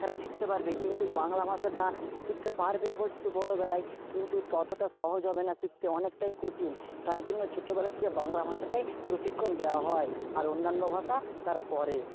তারা শিখতে পারবে কিন্তু বাংলা ভাষাটা শিখতে পারবে অবশ্য বড়োবেলায় কিন্তু ততটা সহজ হবে না শিখতে অনেকটাই কঠিন তাই জন্য ছোটোবেলা থেকে বাংলা ভাষাটায় প্রশিক্ষণ দেওয়া হয় আর অন্যান্য ভাষা তারপরে